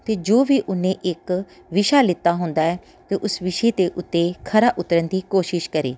ਅਤੇ ਜੋ ਵੀ ਉਹਨੇ ਇੱਕ ਵਿਸ਼ਾ ਲਿੱਤਾ ਹੁੰਦਾ ਹੈ ਤਾਂ ਉਸ ਵਿਸ਼ੇ ਦੇ ਉੱਤੇ ਖਰਾ ਉਤਰਨ ਦੀ ਕੋਸ਼ਿਸ਼ ਕਰੇ